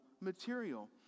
material